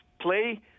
play